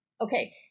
Okay